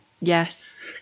Yes